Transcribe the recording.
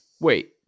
Wait